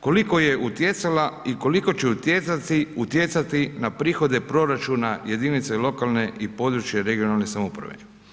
Koliko je utjecala i koliko će utjecati na prihode proračuna jedinica lokalne i područne (regionalne) samouprave.